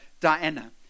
Diana